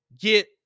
get